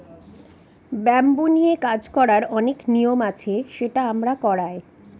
bamboo নিয়ে কাজ করার অনেক নিয়ম আছে সেটা আমরা করায়